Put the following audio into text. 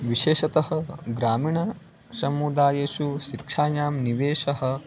विशेषतः ग्रामीणसमुदायेषु शिक्षायां निवेशः